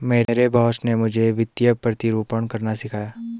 मेरे बॉस ने मुझे वित्तीय प्रतिरूपण करना सिखाया